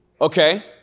Okay